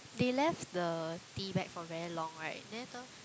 they left the tea bag for very long right then later